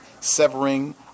severing